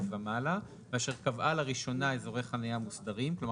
ומעלה ואשר קבעה לראשונה אזורי חניה מוסדרים" --- כלומר,